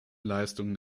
leistungen